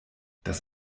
das